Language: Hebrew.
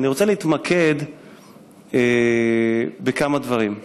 אני רוצה להתמקד בכמה דברים.